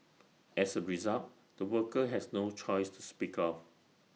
as A result the worker has no choice to speak of